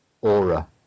aura